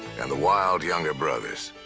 and the wild younger brothers.